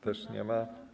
Też nie ma.